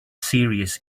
serious